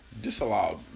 disallowed